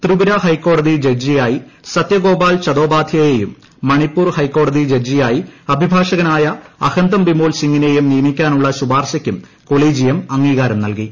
ത്രിപുര ഹൈക്കോടതി ജഡ്ജിയായി സത്യഗോപാൽ ് ചതോപാധ്യായേയും മണിപ്പൂർ ഹൈക്കോടതി ജഡ്ജിയായി അഭിഭാഷകനായ അഹന്തം ബിമോൽ സിംഗിനേയും നിയമിക്കാനുള്ള ശുപാർശയ്ക്കും കൊളീജിയം അംഗീകാരം നൽകി